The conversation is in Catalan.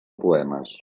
poemes